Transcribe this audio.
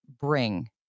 bring